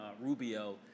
Rubio